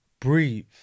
breathe